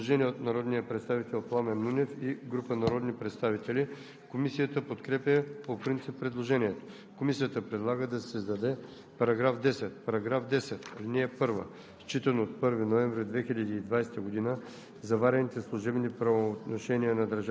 Комисията подкрепя текста на вносителя за § 5, който става § 10. Предложение от народния представител Пламен Нунев и група народни представители. Комисията подкрепя по принцип предложението. Комисията предлага да се създаде § 10: „§ 10. (1)